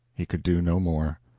he could do no more.